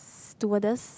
stewardess